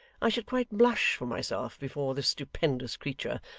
i should quite blush for myself before this stupendous creature,